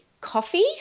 Coffee